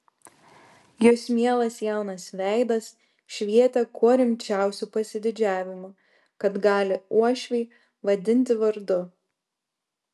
jos mielas jaunas veidas švietė kuo rimčiausiu pasididžiavimu kad gali uošvį vadinti vardu